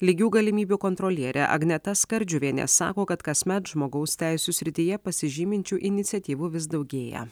lygių galimybių kontrolierė agneta skardžiuvienė sako kad kasmet žmogaus teisių srityje pasižyminčių iniciatyvų vis daugėja